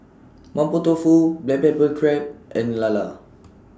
Mapo Tofu Black Pepper Crab and Lala